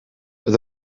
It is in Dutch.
het